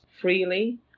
freely